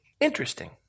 interesting